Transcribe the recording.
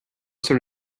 sort